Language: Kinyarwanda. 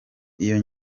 iyo